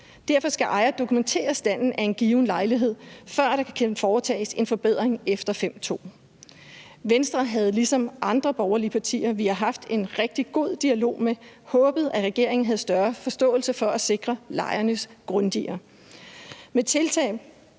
Derfor skal ejer dokumentere standen af en given lejlighed, før der kan foretages en forbedring efter § 5, stk. 2. Venstre havde ligesom andre borgerlige partier, vi har haft en rigtig god dialog med, håbet, at regeringen havde større forståelse for at sikre lejerne grundigere med tiltag